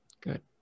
Good